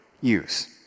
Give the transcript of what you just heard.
use